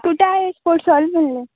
कुठं आहेस